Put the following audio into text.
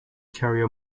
carrier